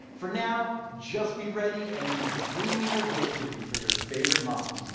for now, just be ready, and keep dreaming of victory for your favorite mob.